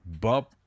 bump